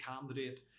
candidate